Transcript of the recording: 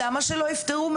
למה לא ממע"מ?